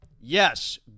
Yes